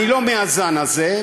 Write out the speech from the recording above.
אני לא מהזן הזה,